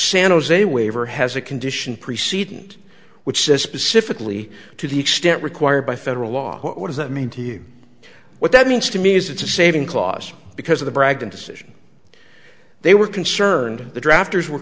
san jose waiver has a condition preceding and which says specifically to the extent required by federal law what does that mean to you what that means to me is it's a saving clause because of the bragging decision they were concerned drafters were